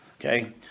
okay